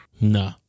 No